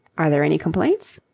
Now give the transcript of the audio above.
are there any complaints?